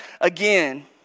again